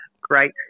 great